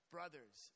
Brothers